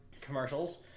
commercials